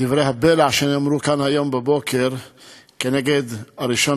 דברי הבלע שנאמרו כאן היום בבוקר נגד הראשון